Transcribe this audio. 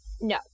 No